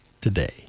today